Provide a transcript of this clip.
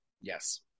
Yes